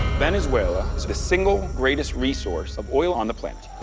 venezuela is the single greatest resource of oil on the planet.